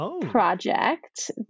project